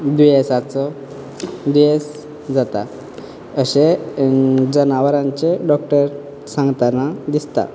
गॅसाचो गॅस जाता अशें जनावराचे डॉक्टर सांगतना दिसता